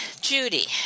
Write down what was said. Judy